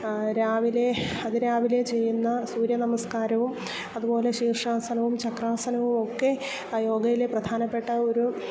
രാവിലെ അതിരാവിലെ ചെയ്യുന്ന സൂര്യനമസ്കാരവും അതുപോലെ ശീർഷാസനവും ചക്രാസനവുമൊക്കെ യോഗയിലെ ആ പ്രധാനപ്പെട്ട ഒരു